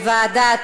לוועדת